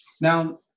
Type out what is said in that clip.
now